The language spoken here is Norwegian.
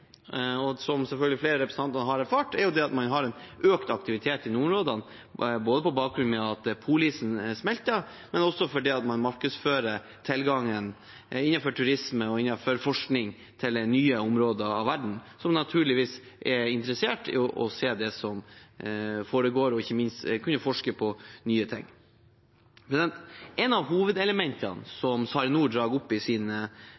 ser, som selvfølgelig flere representanter har erfart, er at det er økt aktivitet i nordområdene, både på bakgrunn av at polisen smelter, og fordi man markedsfører tilgangen innenfor turismen og innenfor forskning til nye områder av verden, som naturligvis er interessert i å se det som foregår, og ikke minst kunne forske på nye ting. Et av hovedelementene som SARiNOR drar opp i